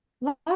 Love